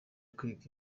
kwiga